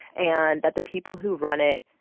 and that the people who run it,